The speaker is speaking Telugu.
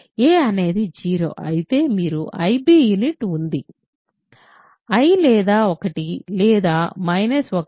కాబట్టి a అనేది 0 అయితే మీరు ib యూనిట్ ఉంది i లేదా 1 లేదా మైనస్ 1